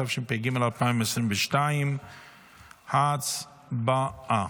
התשפ"ג 2022. הצבעה.